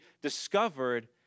discovered